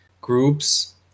groups